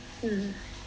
hmm